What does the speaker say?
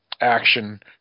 action